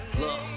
Look